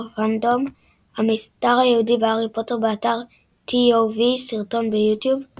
פאנדום המסר היהודי בהארי פוטר באתר TOV סרטון ביוטיוב ==